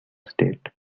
state